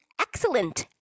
excellent